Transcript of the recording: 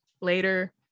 later